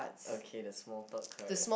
okay the small thought current